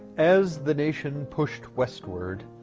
as the nation pushed westward,